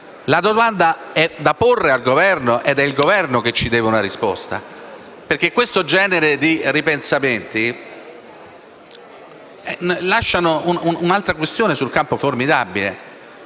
La domanda è da porre al Governo ed è il Governo che ci deve una risposta. Questo genere di ripensamenti lascia poi un'altra formidabile